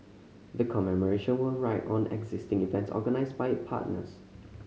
the commemoration will ride on existing events organised by its partners